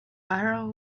arrow